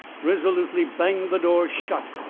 resolutely banged the door shut.